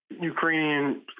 Ukrainian